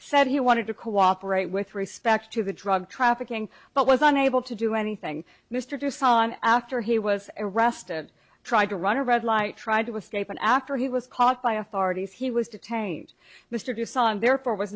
said he wanted to cooperate with respect to the drug trafficking but was unable to do anything mr tucson after he was arrested tried to run a red light tried to escape and after he was caught by authorities he was detained mr dusan therefore was